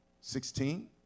Sixteen